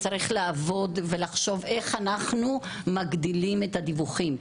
צריך לעבוד ולחשוב איך אנחנו מגדילים את הדיווחים.